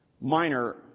Minor